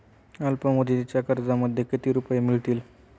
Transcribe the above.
अल्पमुदतीच्या कर्जामध्ये किती रुपये मिळतील?